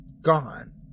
gone